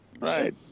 right